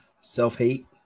self-hate